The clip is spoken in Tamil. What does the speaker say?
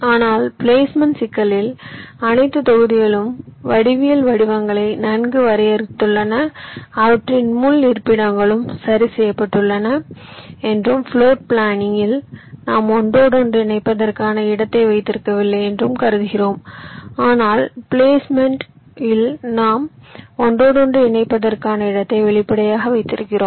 ஆனால் பிளேஸ்மெண்ட் சிக்கலில் அனைத்து தொகுதிகளும் வடிவியல் வடிவங்களை நன்கு வரையறுத்துள்ளன அவற்றின் முள் இருப்பிடங்களும் சரி செய்யப்பட்டுள்ளன என்றும் பிளோர் பிளானிங் இல் நாம் ஒன்றோடொன்று இணைப்பதற்கான இடத்தை வைத்திருக்கவில்லை என்றும் கருதுகிறோம் ஆனால் பிளேஸ்மெண்ட் இல் நாம் ஒன்றோடொன்று இணைப்பதற்கான இடத்தை வெளிப்படையாக வைத்திருக்கிறோம்